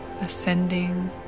Ascending